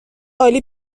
عالی